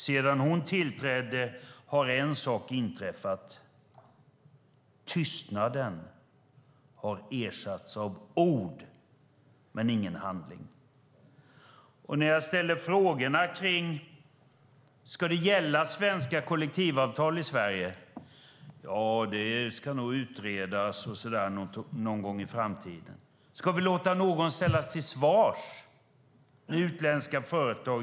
Sedan hon tillträdde har en sak inträffat, nämligen att tystnaden har ersatts av ord men ingen handling. När jag frågar om svenska kollektivavtal ska gälla i Sverige, sägs det att det nog ska utredas någon gång i framtiden. Ska vi låta någon ställas till svars när det handlar om utländska företag?